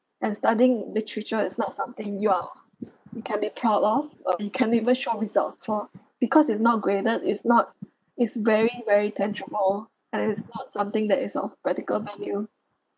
and studying literature it's not something you are you can be proud of um it can't even show results for because it's not graded is not is very very tangible and it is not something that is of practical value